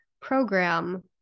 program